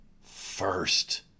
first